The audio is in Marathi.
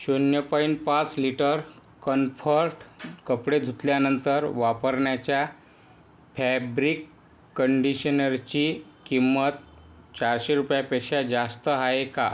शून्य पॉईंट पाच लिटर कन्फर्ट कपडे धुतल्यानंतर वापरण्याच्या फॅब्रिक कंडिशनरची किंमत चारशे रुपयापेक्षा जास्त आहे का